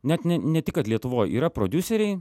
net ne ne tik kad lietuvoj yra prodiuseriai